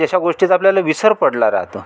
अशा गोष्टीचा आपल्याला विसर पडला राहतो